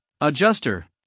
adjuster